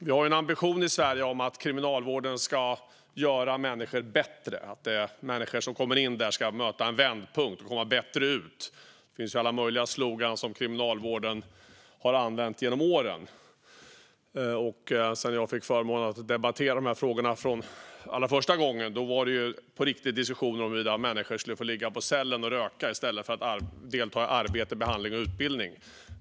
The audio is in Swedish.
Vi har en ambition i Sverige att kriminalvården ska göra människor bättre, att människor som kommer in där ska möta en vändpunkt och komma bättre ut. Det finns alla möjliga sloganer som kriminalvården har använt genom åren. När jag för första gången fick förmånen att debattera dessa frågor var det på riktigt diskussioner om huruvida människor skulle få ligga i cellen och röka i stället för att delta i arbete, behandling och utbildning.